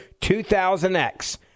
2000X